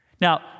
Now